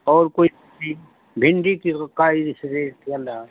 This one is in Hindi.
और कोई भिंडी की इस रेट वाला